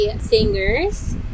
singers